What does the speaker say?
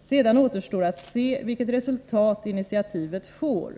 Sedan återstår att se vilket resultat initiativet får.